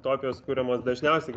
tokios kuriamos dažniausiai gal